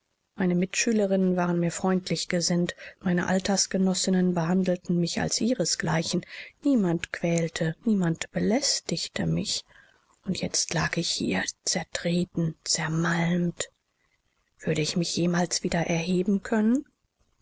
meine mitschülerinnen waren mir freundlich gesinnt meine altersgenossinnen behandelten mich als ihresgleichen niemand quälte niemand belästigte mich und jetzt lag ich hier zertreten zermalmt würde ich mich jemals wieder erheben können